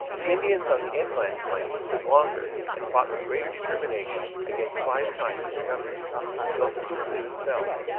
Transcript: the indians on the inland flank stood longer and fought with great determination against five times their numbers till tecumseh fell.